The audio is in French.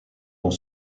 dans